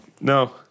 No